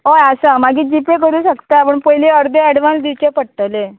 हय आसा मागीर जी पे करूं शकता पूण पयली अर्दे एडवांस दिवचे पडटले